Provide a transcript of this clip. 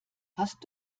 hast